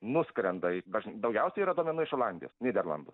nuskrenda į daugiausiai yra duomenų iš olandijos nyderlandų